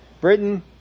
Britain